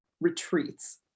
retreats